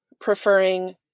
preferring